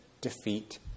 defeat